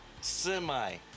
semi-